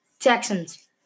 Texans